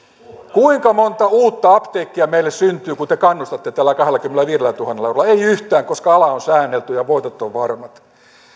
kuinka monta uutta apteekkia meille syntyy kun te kannustatte tällä kahdellakymmenelläviidellätuhannella eurolla ei yhtään koska ala on säännelty ja voitot ovat varmat